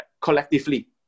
collectively